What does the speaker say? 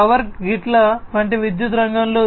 power గ్రిడ్ల వంటి విద్యుత్ రంగంలో